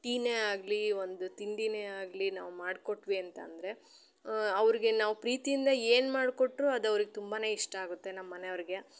ಟೀನೆ ಆಗಲಿ ಒಂದು ತಿಂಡೀನೆ ಆಗಲಿ ನಾವು ಮಾಡಿಕೊಟ್ವಿ ಅಂತ ಅಂದರೆ ಅವ್ರಿಗೆ ನಾವು ಪ್ರೀತಿಯಿಂದ ಏನು ಮಾಡ್ಕೊಟ್ರೂ ಅದು ಅವ್ರ್ಗೆ ತುಂಬ ಇಷ್ಟ ಆಗುತ್ತೆ ನಮ್ಮ ಮನೆಯವ್ರಿಗೆ